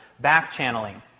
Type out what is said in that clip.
Back-channeling